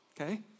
okay